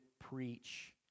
preach